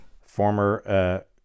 Former